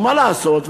ומה לעשות,